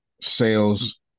Sales